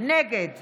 נגד